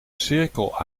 cirkel